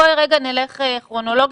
בואי רגע, נלך כרונולוגית.